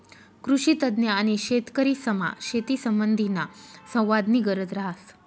कृषीतज्ञ आणि शेतकरीसमा शेतीसंबंधीना संवादनी गरज रहास